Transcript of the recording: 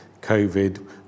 covid